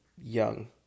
young